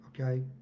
okay